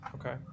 Okay